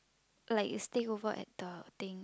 like stay over at the thing